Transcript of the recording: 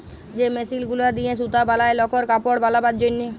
যে মেশিল গুলা দিয়ে সুতা বলায় লকর কাপড় বালাবার জনহে